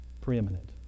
preeminent